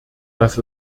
dass